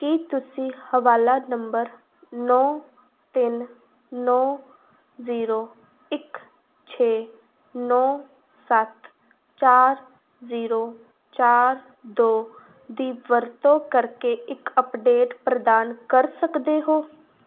ਕੀ ਤੁਸੀਂ ਹਵਾਲਾ ਨੰਬਰ ਨੌਂ ਤਿੰਨ ਨੌਂ ਜ਼ੀਰੋ ਇੱਕ ਛੇ ਨੌਂ ਸੱਤ ਚਾਰ ਜ਼ੀਰੋ ਚਾਰ ਦੋ ਦੀ ਵਰਤੋਂ ਕਰਕੇ ਇੱਕ ਅੱਪਡੇਟ ਪ੍ਰਦਾਨ ਕਰ ਸਕਦੇ ਹੋ